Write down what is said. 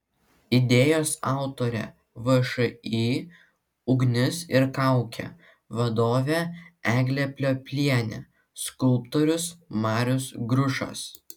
idėjos autorė všį ugnis ir kaukė vadovė eglė plioplienė skulptorius marius grušas